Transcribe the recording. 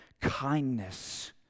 kindness